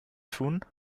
tun